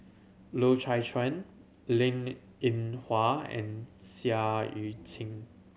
Loy Chye Chuan Linn In Hua and Seah Eu Chin